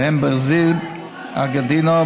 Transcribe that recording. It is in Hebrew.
ובהן ברזיל וארגנטינה,